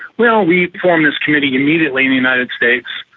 well, we formed this committee immediately in the united states.